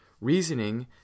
reasoning